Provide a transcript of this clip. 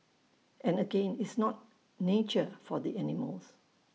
and again and it's not nature for the animals